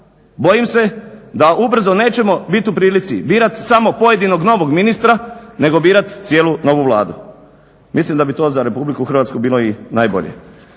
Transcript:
bojim se da ubrzo nećemo biti u prilici birati samo pojedinog novog ministra nego birati cijelu novu Vladu. Mislim da bi to za RH bilo i najbolje.